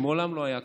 שמעולם לא היה כך.